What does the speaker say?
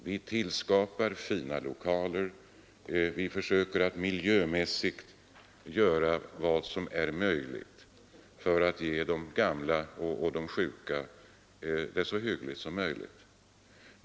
Vi skapar fina lokaler, vi försöker att miljömässigt ge de gamla och sjuka det så hyggligt som möjligt.